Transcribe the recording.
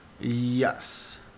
Yes